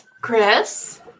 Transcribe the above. Chris